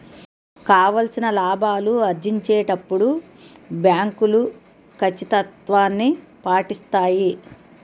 కావాల్సిన లాభాలు ఆర్జించేటప్పుడు బ్యాంకులు కచ్చితత్వాన్ని పాటిస్తాయి